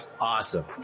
Awesome